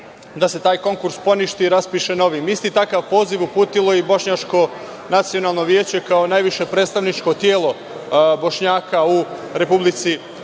da se taj konkurs poništi i raspiše novi. Isti takav poziv uputilo je i Bošnjačko nacionalno veće kao najviše predstavničko telo Bošnjaka u Republici